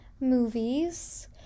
movies